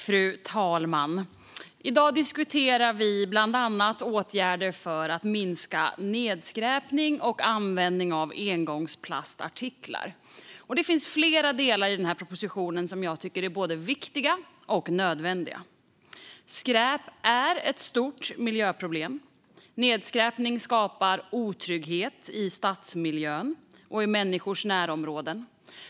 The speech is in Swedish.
Fru talman! I dag diskuterar vi bland annat åtgärder för att minska nedskräpningen och användningen av engångsplastartiklar. Det finns flera delar i denna proposition som jag tycker är både viktiga och nödvändiga. Skräp är ett stort miljöproblem. Nedskräpning skapar otrygghet i stadsmiljön och i människors närområden.